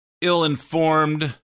ill-informed